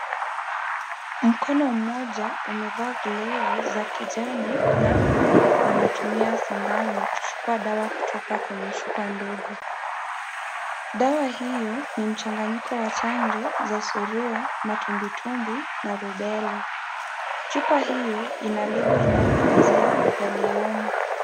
Mkono mmoja umevaa glovu za kijani na unatumia sindano kuchukua dawa kutoka kwenye chupa ndogo. Sawa hiyo ni mchanganyiko wa chanjo za Surua, matubwitubwi na Rubella. Chupa hiyo ina lebo inayoelezea yaliyomo.